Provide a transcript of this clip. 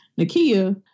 Nakia